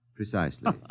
Precisely